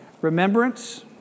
remembrance